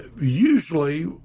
usually